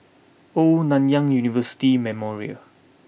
Old Nanyang University Memorial